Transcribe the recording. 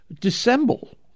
dissemble